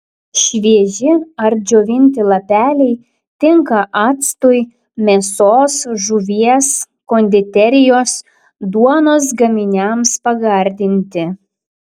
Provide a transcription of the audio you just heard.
švieži ar džiovinti lapeliai tinka actui mėsos žuvies konditerijos duonos gaminiams pagardinti